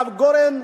הרב גורן,